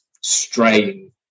strain